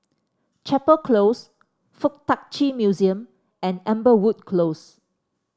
Chapel Close FuK Tak Chi Museum and Amberwood Close